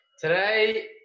today